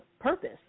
purpose